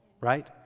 right